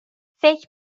فکر